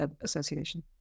Association